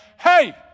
hey